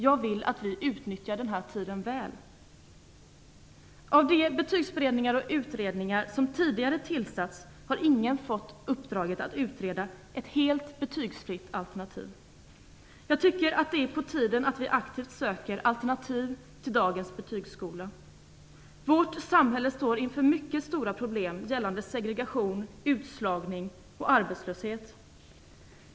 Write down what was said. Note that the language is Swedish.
Jag vill att vi utnyttjar denna tid väl. Av de betygsberedningar och utredningar som tidigare har tillsatts har ingen fått uppdraget att utreda ett helt betygsfritt alternativ. Jag tycker att det är på tiden att vi aktivt söker alternativ till dagens betygsskola. Vårt samhälle står inför mycket stora problem gällande segregation, utslagning och arbetslöshet.